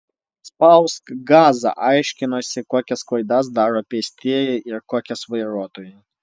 spausk gazą aiškinosi kokias klaidas daro pėstieji ir kokias vairuotojai